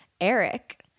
Eric